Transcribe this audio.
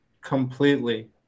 completely